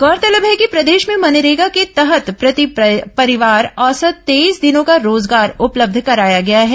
गौरतलब है कि प्रदेश में मनरेगा के तहत प्रति परिवार औसत तेईस दिनों का रोजगार उपलब्ध कराया गया है